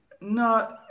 No